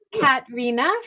Katrina